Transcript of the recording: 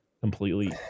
completely